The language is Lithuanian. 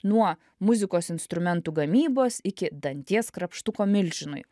nuo muzikos instrumentų gamybos iki danties krapštuko milžinui